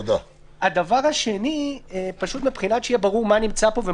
כדי שיהיה ברור מה נמצא פה,